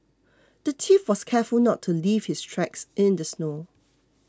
the thief was careful not to leave his tracks in the snow